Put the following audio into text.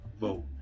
vote